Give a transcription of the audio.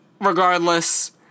regardless